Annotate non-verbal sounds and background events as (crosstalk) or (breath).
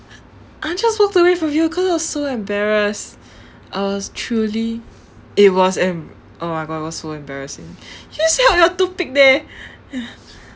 I just walked away from you cause I was so embarrassed I was truly it was an oh my god it was so embarrassing you just held your toothpick there (breath)